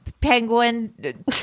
Penguin